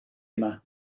yma